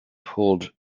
pulled